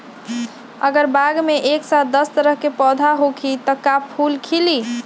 अगर बाग मे एक साथ दस तरह के पौधा होखि त का फुल खिली?